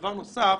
דבר נוסף,